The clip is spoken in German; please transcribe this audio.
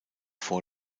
vor